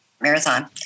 Marathon